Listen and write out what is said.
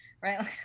right